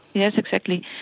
yes, exactly.